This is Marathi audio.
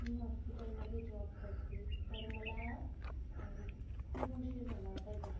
मी हॉस्पिटलमध्ये जॉब करते तर मला खूप उशीर झाला होता जायला